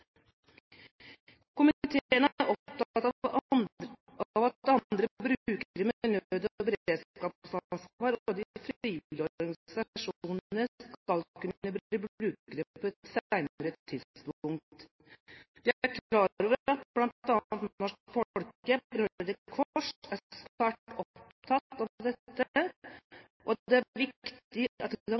Komiteen er opptatt av at andre brukere med nød- og beredskapsansvar og de frivillige organisasjonene skal kunne bli brukere på et senere tidspunkt. Vi er klar over at bl.a. Norsk Folkehjelp og Røde Kors er svært opptatt av dette, og det er viktig at de kan